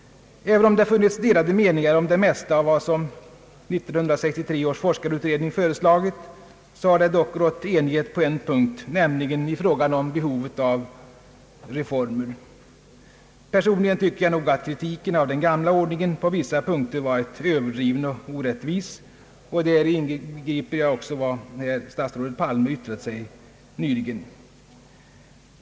Även om det har funnits delade meningar om det mesta av vad 1963 års forskarutredning föreslagit, har det dock rått enighet på en punkt, nämligen i fråga om behovet av reformen. Personligen tycker jag att kritiken av den gamla ordningen på vissa punkter varit överdriven och orättvis. Däri inbegriper jag också vad statsrådet Palme yttrat nyss.